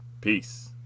Peace